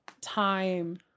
time